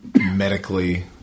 medically